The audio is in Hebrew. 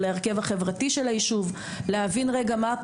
להרכב החברתי של הישוב ולהבין לפי זה מה הן